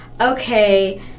okay